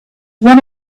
one